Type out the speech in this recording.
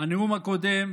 בנאום הקודם,